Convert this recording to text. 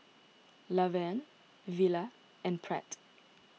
Lavern Villa and Pratt